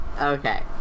Okay